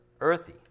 earthy